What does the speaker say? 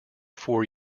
four